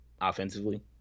offensively